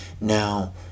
Now